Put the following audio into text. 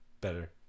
better